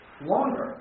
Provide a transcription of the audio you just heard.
longer